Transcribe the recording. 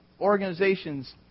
organizations